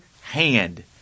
hand